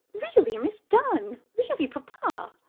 really, miss dunn! really, papa!